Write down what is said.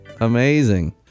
amazing